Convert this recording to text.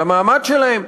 על המעמד שלהם,